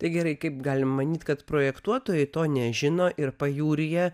tai gerai kaip galim manyt kad projektuotojai to nežino ir pajūryje